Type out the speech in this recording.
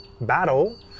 battle